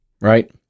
Right